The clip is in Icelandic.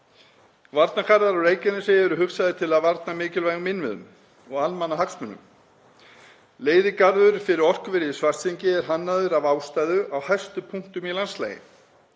Varnargarðar á Reykjanesi eru hugsaðir til að varna mikilvægum innviðum og almannahagsmunum. Leiðigarður fyrir orkuverið í Svartsengi er hannaður af góðri ástæðu á hæstu punktum í landslagi.